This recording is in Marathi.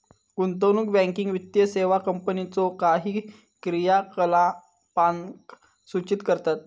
गुंतवणूक बँकिंग वित्तीय सेवा कंपनीच्यो काही क्रियाकलापांक सूचित करतत